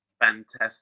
fantastic